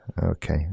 Okay